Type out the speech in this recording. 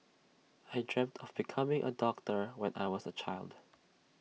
I dreamt of becoming A doctor when I was A child